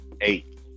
Eight